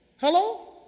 Hello